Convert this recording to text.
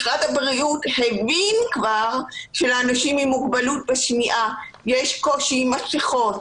משרד הבריאות כבר הבין שלאנשים עם מוגבלות בשמיעה יש קושי עם מסיכות.